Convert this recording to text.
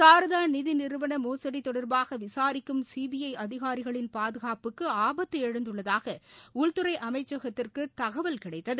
சாராதா நிதி நிறுவன மோசடி தொடர்பாக விசாரிக்கும் சிபிஐ அதிகாரிகளின் பாதுகாப்புக்கு ஆபத்து எழுந்துள்ளதாக உள்துறை அமைச்சகத்துக்கு தகவல் கிடைத்தது